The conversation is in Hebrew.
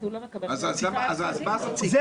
אלה